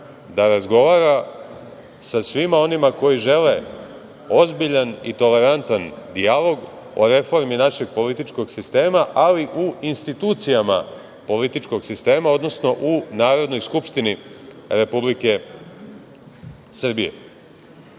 da razgovara sa svima onima koji žele ozbiljan i tolerantan dijalog o reformi našeg političkog sistema, ali u institucijama političkog sistema, odnosno u Narodnoj skupštini Republike Srbije. Još